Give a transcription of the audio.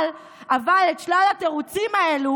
אבל את שלל התירוצים האלה